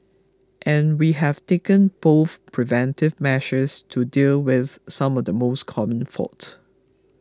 and we have taken both preventive measures to deal with some of the most common faults